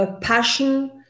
passion